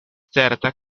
certa